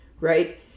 right